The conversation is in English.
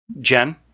Jen